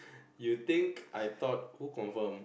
you think I thought who confirmed